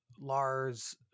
lars